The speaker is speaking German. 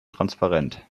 transparent